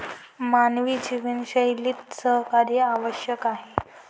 मानवी जीवनशैलीत सहकार्य आवश्यक आहे